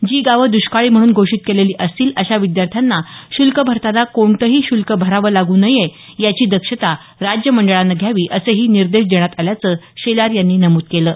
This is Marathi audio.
जी गावं द्रष्काळी म्हणून घोषित केलेली असतील अशा विद्यार्थ्यांना शुल्क भरताना कोणतंही शुल्क भरावं लागू नये याची दक्षता राज्य मंडळानं घ्यावी असेही निर्देश देण्यात आल्याचं शेलार यांनी नमुद केलं आहे